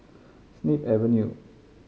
Snip Avenue